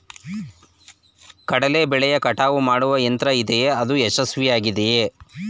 ಕಡಲೆ ಬೆಳೆಯ ಕಟಾವು ಮಾಡುವ ಯಂತ್ರ ಇದೆಯೇ? ಅದು ಯಶಸ್ವಿಯಾಗಿದೆಯೇ?